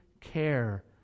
care